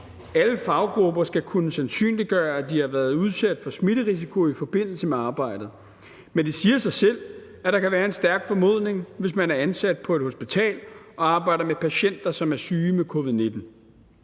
Alle faggrupper skal kunne sandsynliggøre, at de har været udsat for smitterisiko i forbindelse med arbejdet, men det siger sig selv, at der kan være en stærk formodning, hvis man er ansat på et hospital og arbejder med patienter, som er syge med covid-19.